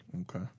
Okay